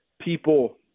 people